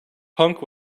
punk